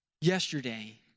yesterday